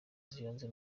z’ibanze